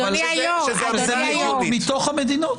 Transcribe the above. אדוני היו"ר, זה מיעוט מתוך המדינות.